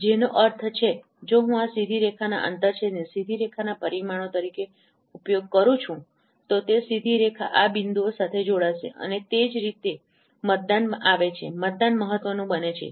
જેનો અર્થ છે જો હું આ સીધી રેખાના આંતરછેદને સીધી રેખાના પરિમાણો તરીકે ઉપયોગ કરું છું તો તે સીધી રેખા આ બે બિંદુઓ સાથે જોડાશે અને તે જ રીતે મતદાન આવે છે મતદાન મહત્વનું બને છે